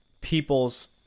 people's